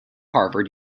harvard